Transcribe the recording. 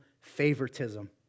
favoritism